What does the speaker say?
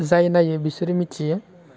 जाय नायो बेसोर मिथियो